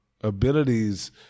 abilities